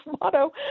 motto